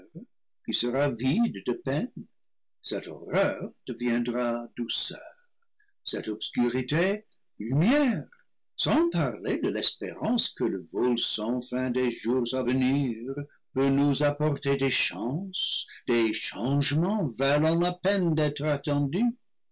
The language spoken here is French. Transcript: qui sera vide de peine cette horreur deviendra douceur cette obscurité lumière sans parler de l'espérance que le vol sans fin des jours à venir peut nous apporter des chances des changements valant la peine d'être attendus